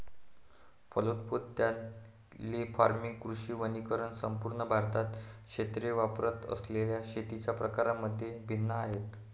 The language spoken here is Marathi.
फलोत्पादन, ले फार्मिंग, कृषी वनीकरण संपूर्ण भारतात क्षेत्रे वापरत असलेल्या शेतीच्या प्रकारांमध्ये भिन्न आहेत